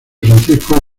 francisco